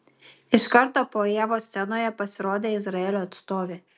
iš karto po ievos scenoje pasirodė izraelio atstovė